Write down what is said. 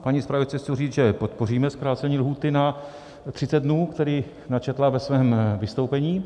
Paní zpravodajce chci říct, že podpoříme zkrácení lhůty na 30 dnů, které načetla ve svém vystoupení.